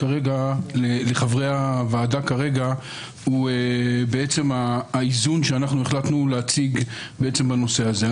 לחברי הוועדה כרגע הוא האיזון שאנחנו החלטנו להציג לעצם הנושא הזה.